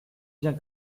bien